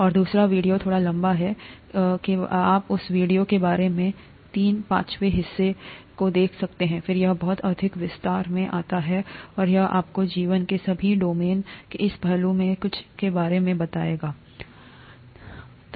और दूसरा वीडियो थोड़ा लंबा है के बारे में आप उस वीडियो के बारे में तीन पांचवें हिस्से को देख सकते हैं फिर यह बहुत अधिक विस्तार में आता है और यह आपको जीवन के सभी डोमेन और इन पहलुओं में से कुछ के बारे में भी बताएगा